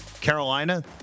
Carolina